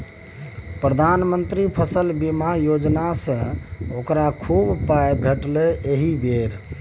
प्रधानमंत्री फसल बीमा योजनासँ ओकरा खूब पाय भेटलै एहि बेर